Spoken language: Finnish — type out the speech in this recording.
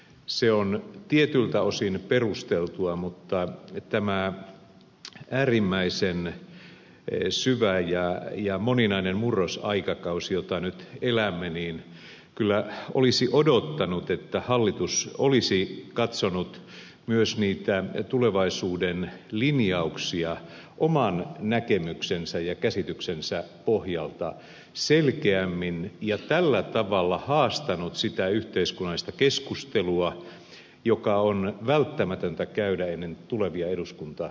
se on tietyltä osin perusteltua mutta tässä äärimmäisen syvässä ja moninaisessa murrosaikakaudessa jota nyt elämme kyllä olisi odottanut että hallitus olisi katsonut myös niitä tulevaisuuden linjauksia oman näkemyksensä ja käsityksensä pohjalta selkeämmin ja tällä tavalla haastanut sitä yhteiskunnallista keskustelua joka on välttämätöntä käydä ennen tulevia eduskuntavaaleja